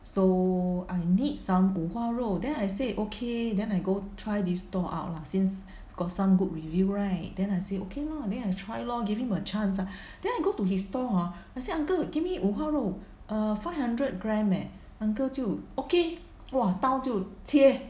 so I need some 五花肉 then I say okay then I go try this stall out lah since got some good review right then I say okay lah then I try lor give him a chance lah then I go to his stall hor then I say uncle give me 五花肉 err five hundred gram leh uncle 就 ok !wah! 刀就切